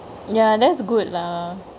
ya that's good lah